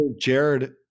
jared